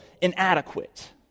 inadequate